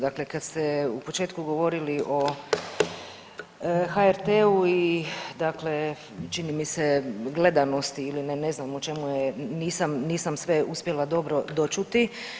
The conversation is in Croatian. Dakle, kad ste u početku govorili o HRT-u i dakle čini mi se gledanosti ili ne znam o čemu je, nisam sve uspjela dobro dočuti.